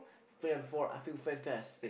fan four I feel fantastic